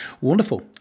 Wonderful